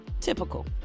Typical